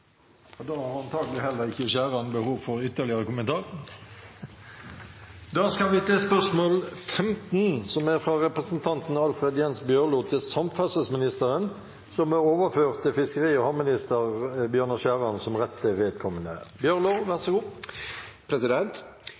da til spørsmål 15. Dette spørsmålet, fra representanten Alfred Jens Bjørlo til samferdselsministeren, er overført til fiskeri- og havministeren som rette vedkommende.